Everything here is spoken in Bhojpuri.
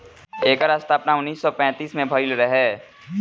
एकर स्थापना उन्नीस सौ पैंतीस में भइल रहे